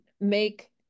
make